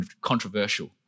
controversial